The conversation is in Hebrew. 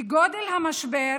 כגודל המשבר